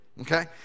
okay